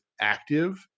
active